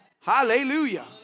Hallelujah